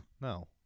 No